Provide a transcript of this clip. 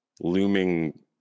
looming